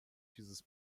dieses